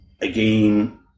Again